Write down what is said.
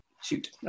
Shoot